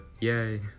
yay